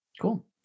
Cool